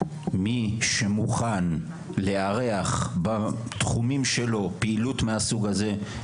מי שמוכן לארח בתחומים שלו פעילות מהסוג הזה,